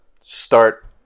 start